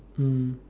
mm